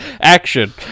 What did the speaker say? action